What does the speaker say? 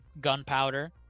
gunpowder